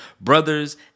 brothers